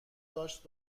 داشت